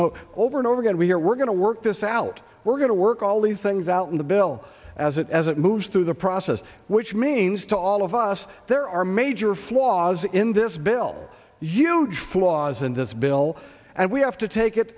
know over and over again we're we're going to work this out we're going to work all these things out in the bill as it as it moves through the process which means to all of us there are major flaws in this bill huge flaws in this bill and we have to take it